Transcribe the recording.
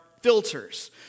filters